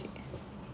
ya